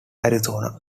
arizona